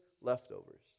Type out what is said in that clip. leftovers